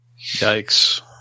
Yikes